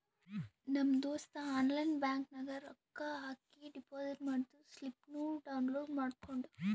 ನಮ್ ದೋಸ್ತ online bank ನಾಗ್ ರೊಕ್ಕಾ ಹಾಕಿ ಡೆಪೋಸಿಟ್ ಮಾಡಿದ್ದು ಸ್ಲಿಪ್ನೂ ಡೌನ್ಲೋಡ್ ಮಾಡ್ಕೊಂಡ್